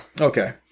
Okay